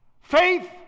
Faith